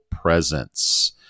presence